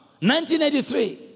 1983